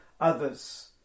others